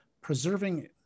Preserving